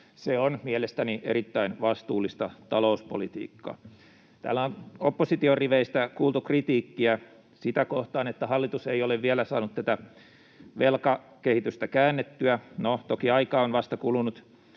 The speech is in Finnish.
se on mielestäni erittäin vastuullista talouspolitiikkaa. Täällä on opposition riveistä kuultu kritiikkiä sitä kohtaan, että hallitus ei ole vielä saanut tätä velkakehitystä käännettyä. No, toki aikaa on kulunut